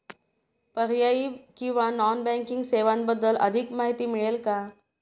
पर्यायी किंवा non banking सेवांबद्दल अधिक माहिती मिळेल का?